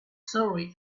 surrey